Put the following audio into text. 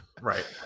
Right